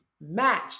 match